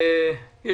בוקר טוב.